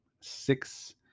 six